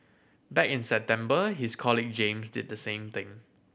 back in September his colleague James did the same thing